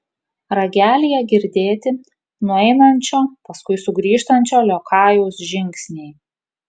ragelyje girdėti nueinančio paskui sugrįžtančio liokajaus žingsniai